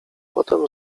potem